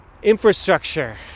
Infrastructure